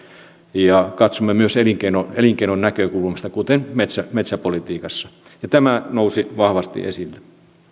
ja katsomme myös elinkeinon näkökulmasta kuten metsäpolitiikassa tämä nousi vahvasti esille